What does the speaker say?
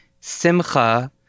simcha